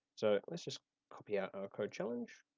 so, let's just copy out our code challenge